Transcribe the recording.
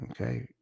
Okay